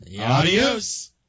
adios